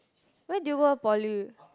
why did you go poly